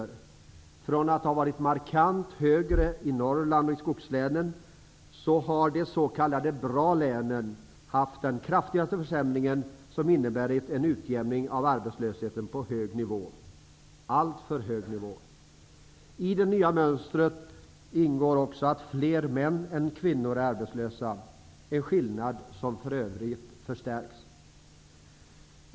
Från att arbetslösheten har varit markant högre i Norrland och i skogslänen har utvecklingen inneburit att de s.k. bra länen har haft den kraftigaste försämringen, som inneburit en utjämning av arbetslösheten på hög nivå, en alltför hög nivå. I det nya mönstret ingår också att fler män än kvinnor är arbetslösa -- en skillnad som för övrigt förstärks.